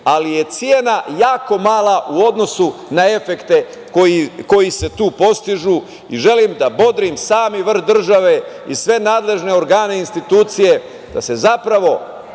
ali je cena jako mala u odnosu na efekte koji se tu postižu i želim da bodrim samih vrh države i sve nadležne organe institucije da se zapravo